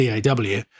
DAW